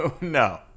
no